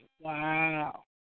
Wow